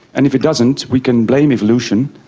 and if it doesn't we can blame evolution,